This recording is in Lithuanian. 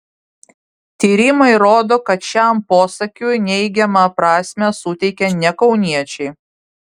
tyrimai rodo kad šiam posakiui neigiamą prasmę suteikia ne kauniečiai